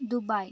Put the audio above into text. Dubai